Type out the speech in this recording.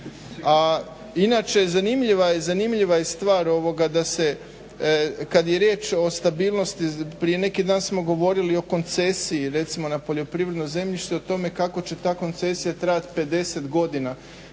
A inače zanimljiva je stvar da se kad je riječ o stabilnosti prije neki dan smo govorili o koncesiji na poljoprivredno zemljište, kako će ta koncesija trajati 50 godina.